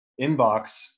inbox